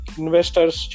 investors